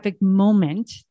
moment